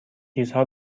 چیزها